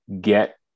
get